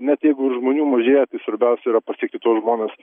net jeigu ir žmonių mažėja tai svarbiausia yra pasiekti tuos žmones